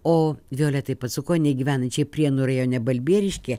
o violetai pacukonienei gyvenančiai prienų rajone balbieriškyje